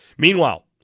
Meanwhile